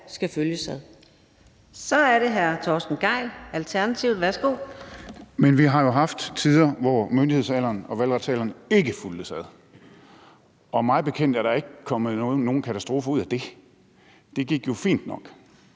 Adsbøl): Så er det hr. Torsten Gejl, Alternativet. Værsgo. Kl. 14:41 Torsten Gejl (ALT): Vi har jo haft tider, hvor myndighedsalderen og valgretsalderen ikke fulgtes ad. Mig bekendt er der ikke kommet nogen katastrofe ud af det. Det gik jo fint nok.